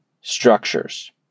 structures